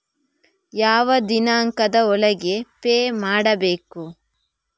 ಯಾವ ದಿನಾಂಕದ ಒಳಗೆ ಪೇ ಮಾಡಬೇಕು?